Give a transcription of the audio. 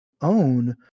own